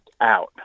out